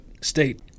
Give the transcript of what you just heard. state